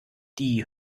die